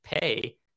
pay